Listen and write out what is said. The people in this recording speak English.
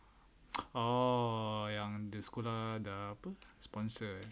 oh yang the sekolah dah apa sponsor